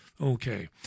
Okay